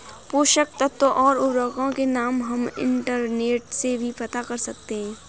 पोषक तत्व और उर्वरकों के नाम हम इंटरनेट से भी पता कर सकते हैं